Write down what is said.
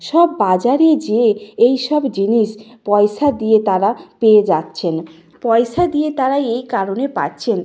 সব বাজারে যেয়ে এই সব জিনিস পয়সা দিয়ে তারা পেয়ে যাচ্ছেন পয়সা দিয়ে তারা এই কারণে পাচ্ছেন